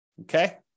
Okay